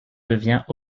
devient